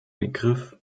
begriff